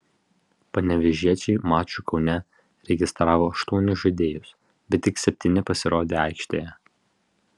panevėžiečiai mačui kaune registravo aštuonis žaidėjus bet tik septyni pasirodė aikštėje